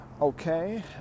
Okay